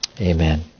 Amen